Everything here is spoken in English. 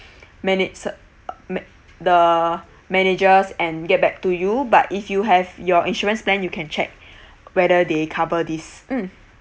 mana~ s~ uh ma~ the managers and get back to you but if you have your insurance plan you can check whether they cover this mm